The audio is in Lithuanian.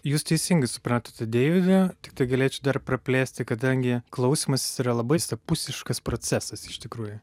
jūs teisingai supratote deividą tiktai galėčiau dar praplėsti kadangi klausymasis yra labai visapusiškas procesas iš tikrųjų